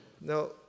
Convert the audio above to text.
Now